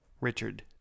richard